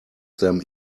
them